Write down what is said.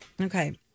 Okay